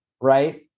Right